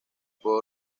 puede